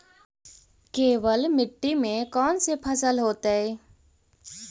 केवल मिट्टी में कौन से फसल होतै?